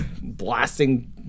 blasting